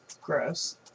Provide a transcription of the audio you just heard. Gross